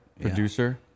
producer